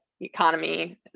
economy